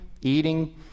eating